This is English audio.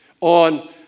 on